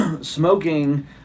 smoking